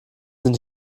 sind